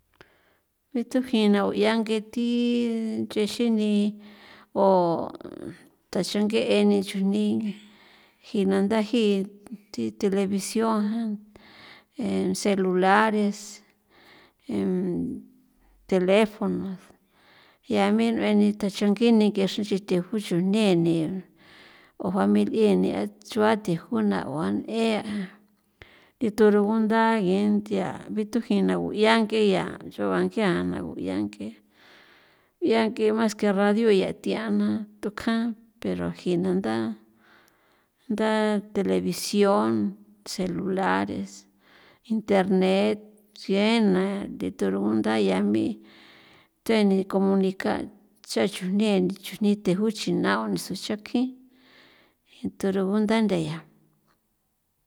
Nithu jina o 'ia ngethi nchexini o thaxange'e ni chujni jina ndaji thi televisión jan e celulares teléfonos yame n'ueni taxongi ni nk'e xre nch'i theju xu neni o fami n'enie a chua theju na'uan n'ea iu thurungunda nge nthia bithujina gu'ia ng'e ya nch'on bang'ia na bianke bianke maske radio ia thiana tukjan pero jina nda nda televisión, celulares, internet xiena di torugunda yanbi the ni comunicar cha chujne ni chujni theju chinao niso xokin jithu rugunda ndaya.